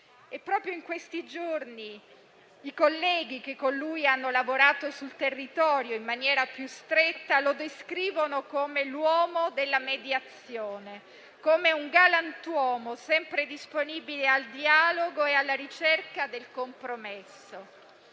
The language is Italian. Proprio in questi giorni i colleghi che con lui hanno lavorato sul territorio in maniera più stretta lo descrivono come l'uomo della mediazione, come un galantuomo sempre disponibile al dialogo e alla ricerca del compromesso.